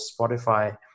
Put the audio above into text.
Spotify